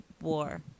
war